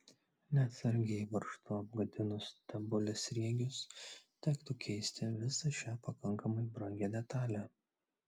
neatsargiai varžtu apgadinus stebulės sriegius tektų keisti visą šią pakankamai brangią detalę